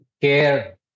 care